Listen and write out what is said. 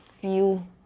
feel